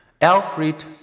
Alfred